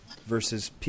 versus